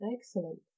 Excellent